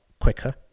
quicker